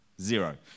zero